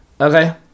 Okay